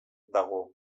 dago